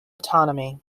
autonomy